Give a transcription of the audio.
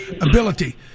ability